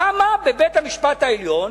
כמה יש בבית-המשפט העליון